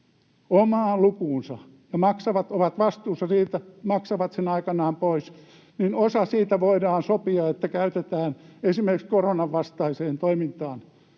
omaan lukuunsa ja ovat vastuussa siitä, maksavat sen aikanaan pois, voidaan sopia, että osa siitä käytetään esimerkiksi koronan vastaiseen toimintaan